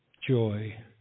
Joy